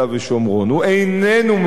הוא איננו מעוניין,